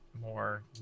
more